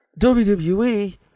WWE